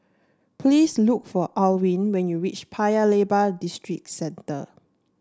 please look for Alwine when you reach Paya Lebar Districenter